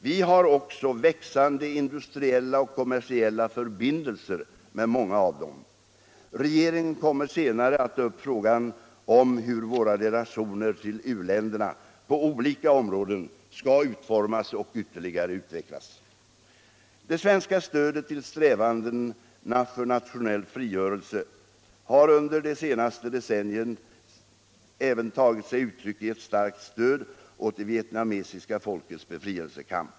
Vi har också växande industriella och kommersiella förbindelser med många av dem. Regeringen kommer senare att ta upp frågan om hur våra relationer med u-länderna på olika områden skall utformas och ytterligare utvecklas. Det svenska stödet till strävandena för nationell frigörelse har under det senaste decenniet även tagit sig uttryck i ett starkt stöd åt det vietnamesiska folkets befrielsekamp.